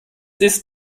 ist